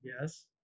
Yes